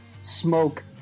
smoke